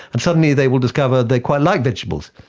and suddenly they will discover they quite like vegetables.